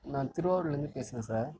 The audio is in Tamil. நான் திருவாரூர்லேருந்து பேசுறேன் சார்